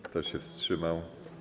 Kto się wstrzymał?